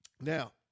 Now